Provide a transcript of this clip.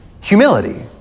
humility